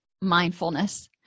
mindfulness